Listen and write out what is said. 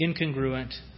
incongruent